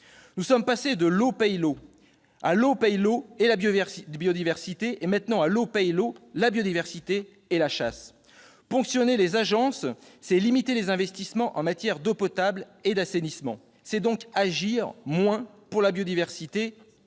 Nous sommes passés de « l'eau paye l'eau », à « l'eau paye l'eau et la biodiversité » et maintenant à « l'eau paye l'eau, la biodiversité et la chasse ». Ponctionner les agences, c'est limiter les investissements en matière d'eau potable et d'assainissement, donc agir moins pour la biodiversité.